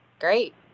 Great